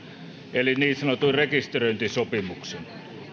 eli niin sanotun rekisteröintisopimuksen